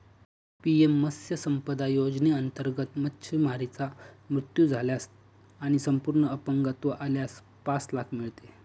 PM मत्स्य संपदा योजनेअंतर्गत, मच्छीमाराचा मृत्यू झाल्यास आणि संपूर्ण अपंगत्व आल्यास पाच लाख मिळते